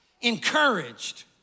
encouraged